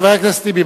חבר הכנסת טיבי,